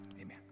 Amen